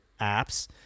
apps